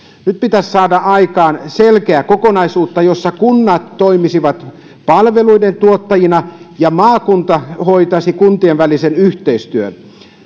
nyt pitäisi saada aikaan selkeä kokonaisuus jossa kunnat toimisivat palveluiden tuottajina ja maakunta hoitaisi kuntien välisen yhteistyön